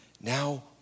now